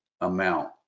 amount